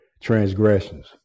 transgressions